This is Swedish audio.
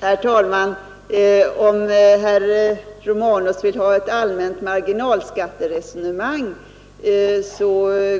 Herr talman! Om herr Romanus vill ha ett allmänt marginalskatteresonemang